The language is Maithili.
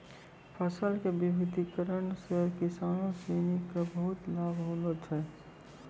फसल के विविधिकरण सॅ किसानों सिनि क बहुत लाभ होलो छै